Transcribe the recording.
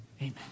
amen